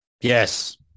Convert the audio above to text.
Yes